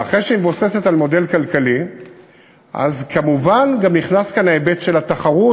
ואחרי שהיא מבוססת על מודל כלכלי אז כמובן נכנס כאן גם ההיבט של התחרות,